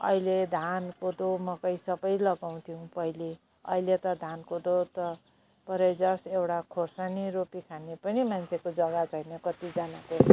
अहिले धान कोदो मकै सब लगाउँथ्यौँ पहिले अहिले त धान कोदो त पर जावोस् एउटा खुर्सानी रोपी खाने पनि मान्छेको जगा छैन कतिजनाको